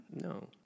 No